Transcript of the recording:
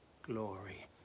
glory